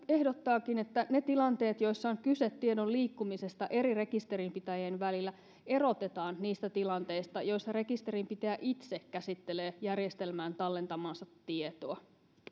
ehdottaakin että ne tilanteet joissa on kyse tiedon liikkumisesta eri rekisterinpitäjien välillä erotetaan niistä tilanteista joissa rekisterinpitäjä itse käsittelee järjestelmään tallentamaansa tietoa